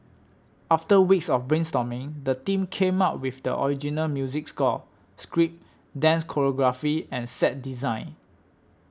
after weeks of brainstorming the team came up with the original music score script dance choreography and set design